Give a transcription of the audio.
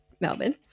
Melbourne